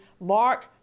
Mark